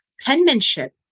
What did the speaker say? penmanship